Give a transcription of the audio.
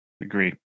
agree